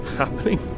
happening